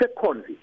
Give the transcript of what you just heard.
secondly